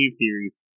Theories